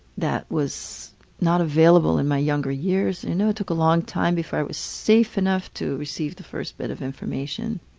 that was not available in my younger years. i and know it took a long time before i was safe enough to receive the first bit of information.